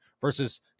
versus